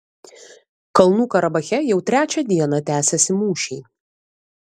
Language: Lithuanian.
kalnų karabache jau trečią dieną tęsiasi mūšiai